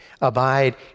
abide